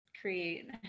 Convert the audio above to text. create